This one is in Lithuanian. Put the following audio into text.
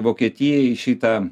vokietijai šitą